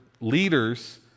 leaders